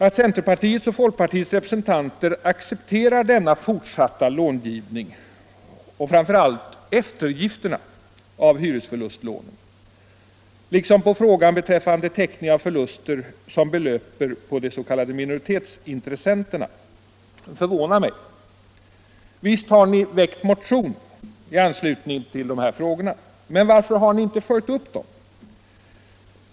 Att centerpartiets och folkpartiets representanter accepterar denna fortsatta långivning och framför allt eftergifterna av hyresförlustlån liksom förslaget om täckning av förluster som belöper på de s.k. minoritetsintressenterna förvånar mig. Visst har ni väckt motioner i anslutning till dessa frågor, men varför har ni inte följt upp dem?